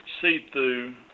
see-through